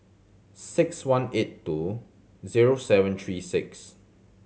six one eight two zero seven three six